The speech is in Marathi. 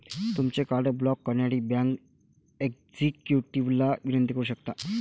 तुमचे कार्ड ब्लॉक करण्यासाठी बँक एक्झिक्युटिव्हला विनंती करू शकता